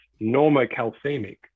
normocalcemic